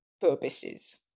purposes